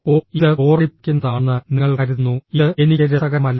ഓ ഇത് ബോറടിപ്പിക്കുന്നതാണെന്ന് നിങ്ങൾ കരുതുന്നു ഇത് എനിക്ക് രസകരമല്ല